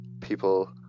people